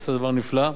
הוא עשה דבר נפלא,